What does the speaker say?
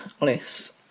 less